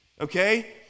Okay